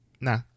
No